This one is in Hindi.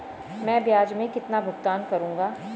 मैं ब्याज में कितना भुगतान करूंगा?